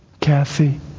Kathy